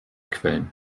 quellen